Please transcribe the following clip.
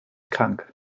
krank